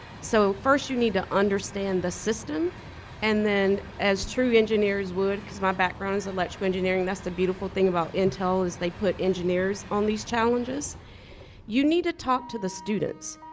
so first you need to understand the system and as true engineers would, because my background is electrical engineering that's the beautiful thing about intel is they put engineers on these challenges you need to talk to the students.